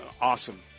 awesome